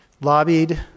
lobbied